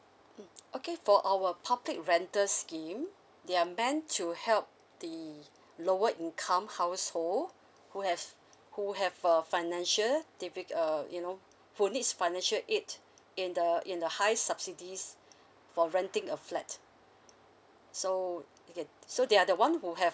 mm okay for our public rental scheme they are meant to help the lower income household who have who have a financial difficult uh you know who needs financial aid in the in the high subsidies for renting a flat so so they are the one who have